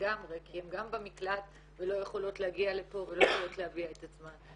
לגמרי כי הן גם במקלט ולא יכולות להגיע לפה ולהביע את עצמן.